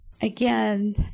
again